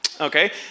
Okay